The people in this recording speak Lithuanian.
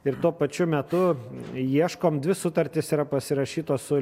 ir tuo pačiu metu ieškom dvi sutartys yra pasirašytos su